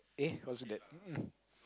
eight hosted